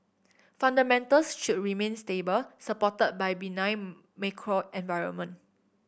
fundamentals should remain stable supported by the benign macro environment